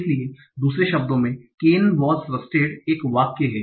इसलिए दूसरे शब्दों में केन वास रस्टेड 1 वाक्य हैं